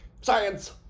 Science